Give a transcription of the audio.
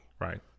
Right